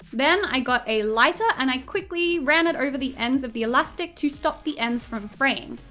then i got a lighter and i quickly ran it over the ends of the elastic to stop the ends from fraying.